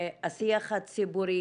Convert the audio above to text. השיח הציבורי